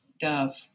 dove